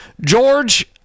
George